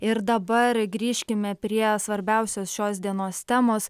ir dabar grįžkime prie svarbiausios šios dienos temos